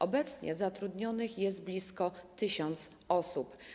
Obecnie zatrudnionych jest blisko 1000 osób.